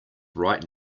right